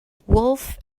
wolf